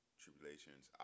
tribulations